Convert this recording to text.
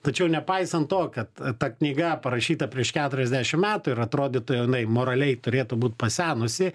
tačiau nepaisant to kad ta knyga parašyta prieš keturiasdešim metų ir atrodytų jinai moraliai turėtų būt pasenusi